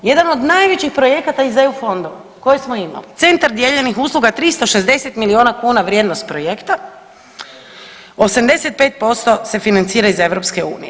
Jedan od najvećih projekata iz EU fondova koje smo imali centar dijeljenih usluga 360 milijuna kuna vrijednost projekta, 85% se financira iz EU.